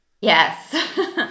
Yes